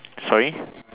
sorry